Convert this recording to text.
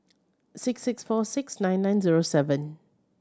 six six four six nine nine zero seven